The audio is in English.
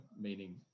meaning